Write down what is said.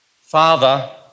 Father